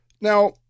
Now